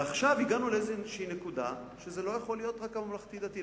עכשיו הגענו לאיזו נקודה שזה לא יכול להיות רק הממלכתי-דתי,